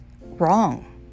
wrong